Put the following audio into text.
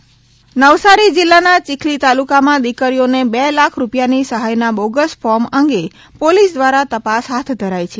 bogus form Navsari જિલ્લાના ચીખલી તાલુકામાં દીકરીઓને બે લાખ રૂપિયાની સહાયના બોગસ ફોર્મ અંગે પોલીસ દ્વારા તપાસ હાથ ધરાઇ છે